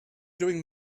doing